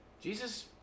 Jesus